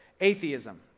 atheism